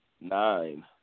Nine